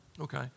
Okay